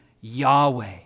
Yahweh